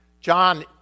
John